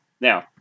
Now